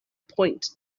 point